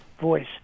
voice